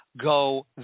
go